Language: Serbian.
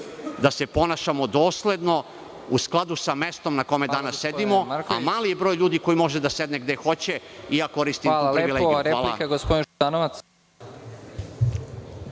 da se ponašamo dosledno u skladu sa mestom na kome danas sedimo, a mali je broj ljudi koji može da sedne gde hoće i ja koristim tu privilegiju. Hvala.